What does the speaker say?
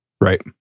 Right